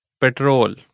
Petrol